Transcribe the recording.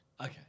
Okay